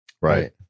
Right